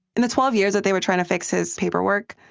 in the twelve years that they were trying to fix his paperwork,